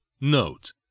Note